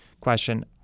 question